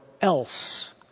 else